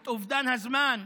את אובדן הזמן,